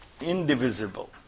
indivisible